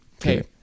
Okay